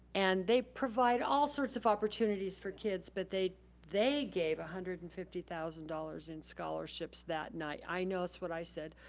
and they provide all sorts of opportunities for kids, but they they gave one hundred and fifty thousand dollars in scholarships that night. i know, that's what i said.